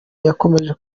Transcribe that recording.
yakomoje